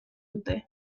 dute